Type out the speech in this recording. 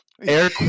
air